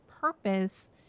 purpose